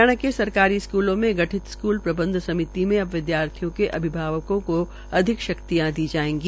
हरियाणा के सरकारी स्कूलों में गठित कमेटी प्रबंध समिति में अब विद्यार्थियों के अभिभावकों को अधिक शक्तियां दी जायेगी